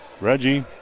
Reggie